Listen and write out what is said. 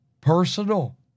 personal